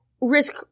risk